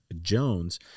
Jones